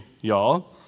y'all